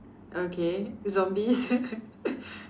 okay zombies